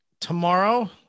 tomorrow